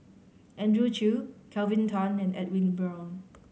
Andrew Chew Kelvin Tan and Edwin Brown